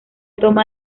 toma